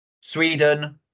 Sweden